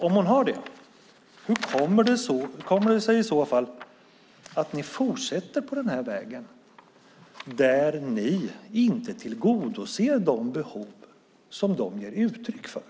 Om hon har det, hur kommer det sig att ni fortsätter på den vägen där ni inte tillgodoser de behov som de ger uttryck för?